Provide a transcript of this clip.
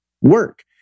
Work